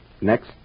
next